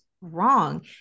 wrong